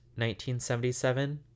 1977